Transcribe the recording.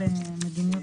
בבקשה.